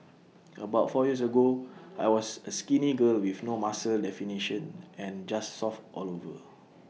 about four years ago I was A skinny girl with no muscle definition and just soft all over